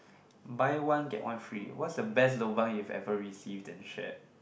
buy one get one free what's the best lobang you've ever received and shared